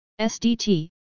SDT